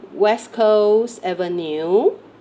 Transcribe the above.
west coast avenue